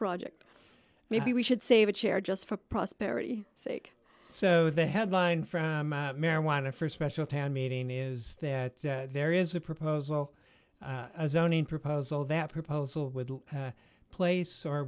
project maybe we should save a chair just for prosperity sake so the headline from marijuana for special town meeting is that there is a proposal as only proposal that proposal would place or